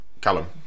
Callum